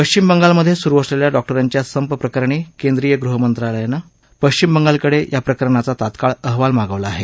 पश्चिम बंगालमध्ये सुरु असलेल्या डॉक्टरांच्या संप प्रकरणी केंद्रीय गृहमंत्रालयानं पश्चिम बंगालकडे या प्रकरणाचा तात्काळ अहवाल मागवला आहे